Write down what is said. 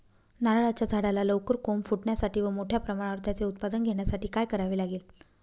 नारळाच्या झाडाला लवकर कोंब फुटण्यासाठी व मोठ्या प्रमाणावर त्याचे उत्पादन घेण्यासाठी काय करावे लागेल?